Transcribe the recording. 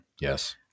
Yes